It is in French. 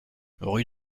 rue